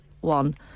one